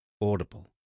audible